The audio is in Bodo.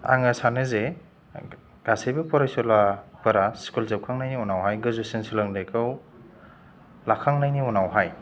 आङो सानो जे गासिबो फरायसुलाफोरा स्कुल जोबखांनायनि उनावहाय गोजौसिन सोलोंथाइखौ लाखांनायनि उनावहाय